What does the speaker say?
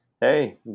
hey